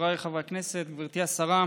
חבריי חברי הכנסת, גברתי השרה,